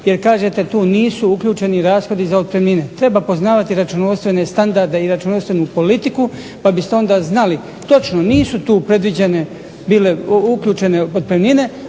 jer kažete tu nisu uključeni rashodi za otpremnine. Treba poznavati računovodstvene standarde i računovodstvenu politiku, pa biste onda znali točno nisu tu predviđene bile